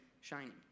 shining